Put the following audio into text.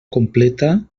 completa